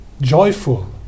joyful